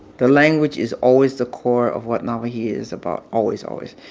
the language is always the core of what nawahi is about always, always.